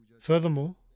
Furthermore